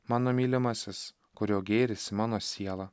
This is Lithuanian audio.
mano mylimasis kurio gėris mano siela